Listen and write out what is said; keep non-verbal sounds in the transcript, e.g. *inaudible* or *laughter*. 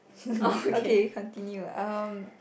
*laughs* okay continue um